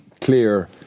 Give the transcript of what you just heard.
clear